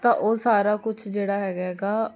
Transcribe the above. ਤਾਂ ਉਹ ਸਾਰਾ ਕੁਛ ਜਿਹੜਾ ਹੈਗਾ ਗਾ